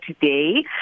today